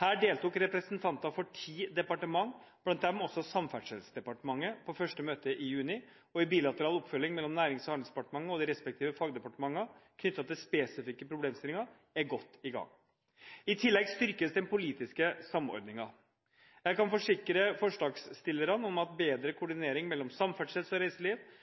Her deltok representanter for ti departementer – blant dem også Samferdselsdepartementet – på første møte i juni, og bilateral oppfølging mellom Nærings- og handelsdepartementet og de respektive fagdepartementer knyttet til spesifikke problemstillinger er godt i gang. I tillegg styrkes den politiske samordningen. Jeg kan forsikre forslagsstillerne om at bedre koordinering mellom samferdsel og reiseliv,